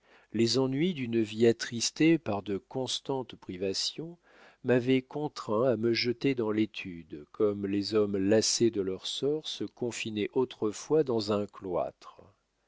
les ennuis d'une vie attristée par de constantes privations m'avaient contraint à me jeter dans l'étude comme les hommes lassés de leur sort se confinaient autrefois dans un cloître